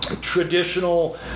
traditional